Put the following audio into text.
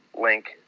link